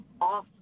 off